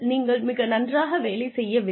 நீங்கள் மிக நன்றாக வேலை செய்யவில்லை